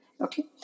Okay